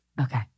Okay